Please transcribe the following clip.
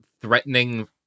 threatening